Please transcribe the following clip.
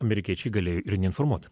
amerikiečiai galėjo ir neinformuot